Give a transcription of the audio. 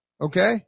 Okay